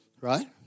right